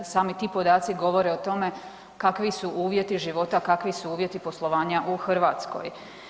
Sami ti podaci govore o tome kakvi su uvjeti života, kakvi su uvjeti poslovanja u Hrvatskoj.